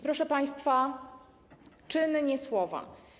Proszę państwa, czyny, nie słowa.